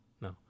no